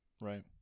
Right